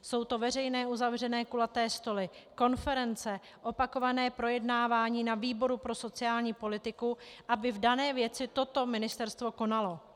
Jsou to veřejné uzavřené kulaté stoly, konference, opakované projednávání na výboru pro sociální politiku, aby v dané věci toto ministerstvo konalo.